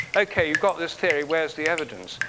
okay, you've got this theory. where is the evidence?